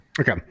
Okay